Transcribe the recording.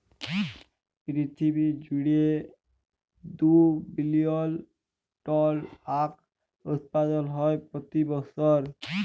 পিরথিবী জুইড়ে দু বিলিয়ল টল আঁখ উৎপাদল হ্যয় প্রতি বসর